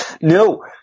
No